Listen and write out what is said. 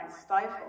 stifle